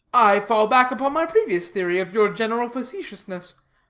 i fall back upon my previous theory of your general facetiousness.